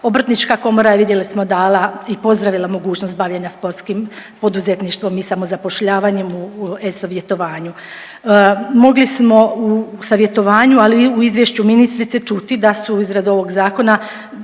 Obrtnička komora je vidjeli smo dala i pozdravila mogućnost bavljenja sportskim poduzetništvom i samozapošljavanjem u e-savjetovanju. Mogli smo u savjetovanju, ali i u izvješću ministrice čuti da su u izradu ovog zakona,